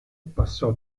passò